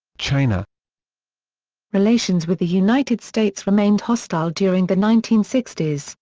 china relations with the united states remained hostile during the nineteen sixty s,